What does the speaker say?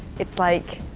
it's like.